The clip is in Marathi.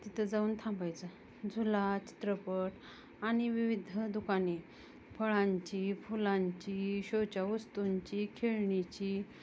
तिथं जाऊन थांबायचा झुला चित्रपट आणि विविध दुकाने फळांची फुलांची शोच्या वस्तूंची खेळणीची